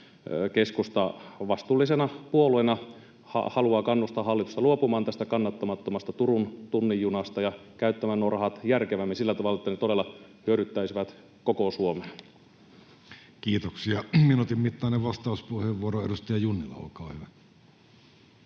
keskusta vastuullisena puolueena haluaa kannustaa hallitusta luopumaan tästä kannattamattomasta Turun tunnin junasta ja käyttämään nuo rahat järkevämmin sillä tavalla, että ne todella hyödyttäisivät koko Suomea. [Speech 28] Speaker: Jussi Halla-aho